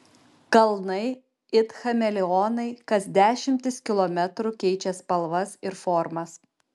kalnai it chameleonai kas dešimtis kilometrų keičia spalvas ir formas